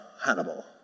Hannibal